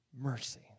mercy